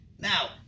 Now